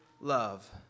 love